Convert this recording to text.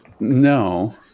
No